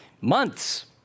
months